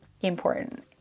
important